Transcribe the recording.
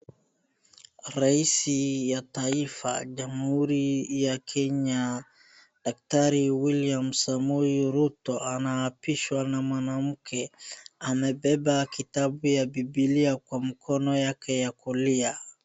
Rais ya taifa jamhuri ya Kenya Daktari William Samoei Ruto anaapishwa na mwanamke. Amebeba kitabu ya bibilia kwa mkono yake ya kulia.